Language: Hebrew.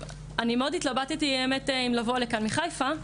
אני מאוד התלבטתי האמת אם לבוא לכאן מחיפה,